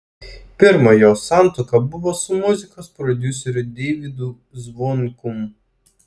pirma jos santuoka buvo su muzikos prodiuseriu deivydu zvonkum